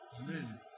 Amen